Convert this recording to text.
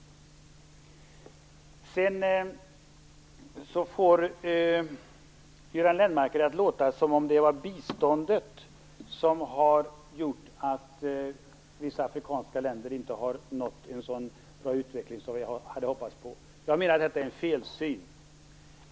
Göran Lennmarker får det att låta som om det var biståndet som hade gjort att vissa afrikanska länder inte har nått en så bra utveckling som vi hade hoppats. Jag menar att detta är en felsyn.